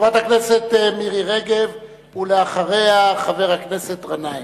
חברת הכנסת מירי רגב, ואחריה, חבר הכנסת גנאים.